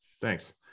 Thanks